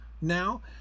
now